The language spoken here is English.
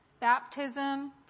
baptism